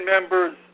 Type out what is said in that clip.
members